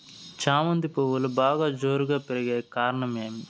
చామంతి పువ్వులు బాగా జోరుగా పెరిగేకి కారణం ఏమి?